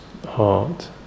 heart